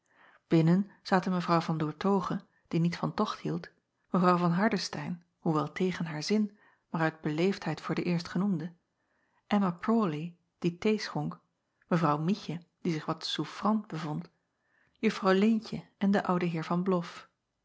zaten w an oertoghe die niet van tocht hield w van ardestein hoewel tegen haar zin maar uit beleefdheid voor de eerstgenoemde mma rawley die thee schonk evrouw ietje die zich wat souffrant bevond uffrouw eentje en de oude eer an loff